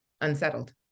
unsettled